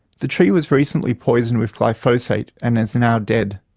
the tree was recently poisoned with glyphosate and is now dead.